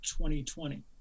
2020